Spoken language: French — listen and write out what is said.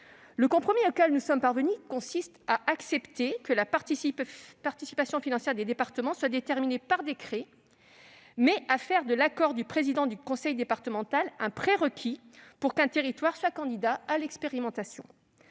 Le compromis auquel nous sommes parvenus consiste à accepter que la participation financière des départements soit déterminée par décret, mais à faire de l'accord du président du conseil départemental un prérequis pour qu'un territoire soit candidat à l'expérimentation.